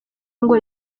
ngo